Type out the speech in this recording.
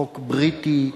חוק בריטי,